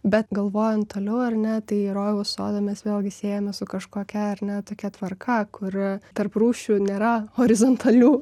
bet galvojant toliau ar ne tai rojaus sodą mes vėlgi siejame su kažkokia ar ne tokia tvarka kur tarp rūšių nėra horizontalių